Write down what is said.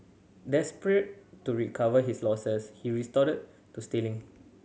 desperate to recover his losses he resorted to stealing